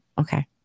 Okay